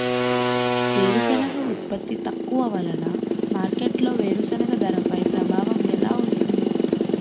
వేరుసెనగ ఉత్పత్తి తక్కువ వలన మార్కెట్లో వేరుసెనగ ధరపై ప్రభావం ఎలా ఉంటుంది?